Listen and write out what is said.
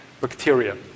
bacteria